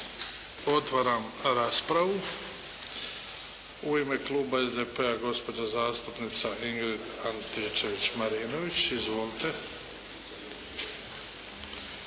Otvaram raspravu. U ime Kluba SDP-a gospođa zastupnica Ingrid Antičević-Marinović. Izvolite.